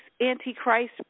Antichrist